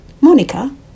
Monica